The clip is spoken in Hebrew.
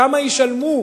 כמה ישלמו.